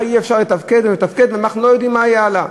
אי-אפשר לתפקד ואנחנו לא יודעים מה יהיה הלאה?